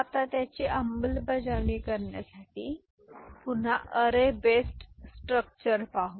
आता त्याची अंमलबजावणी करण्यासाठी आपण पुन्हा अॅरे बेस्ड स्ट्रक्चर बघू